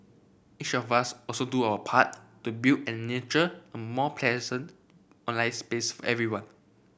each of us also do our part to build and nurture a more pleasant online space for everyone